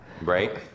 Right